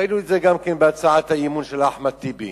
ראינו את זה גם בהצעת האי-אמון של אחמד טיבי,